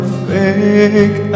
fake